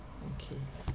okay